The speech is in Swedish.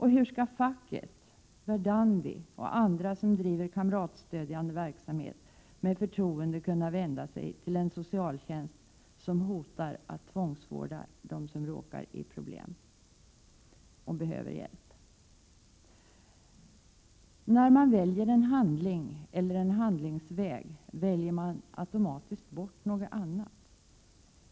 Hur skall facket, Verdandi och andra som driver kamratstödjande verksamhet kunna med förtroende vända sig till en socialtjänst som hotar att tvångsvårda dem som råkar i problem och behöver hjälp? När man väljer en handling eller handlingsväg väljer man automatiskt bort något annat.